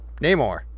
Namor